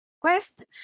quest